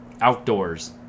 outdoors